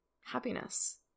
happiness